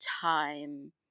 time